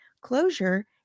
Closure